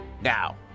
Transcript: now